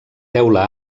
teula